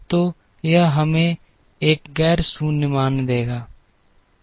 तो यह हमें एक गैर शून्य मान देता है